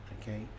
Okay